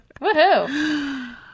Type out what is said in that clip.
Woohoo